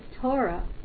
Torah